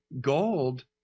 gold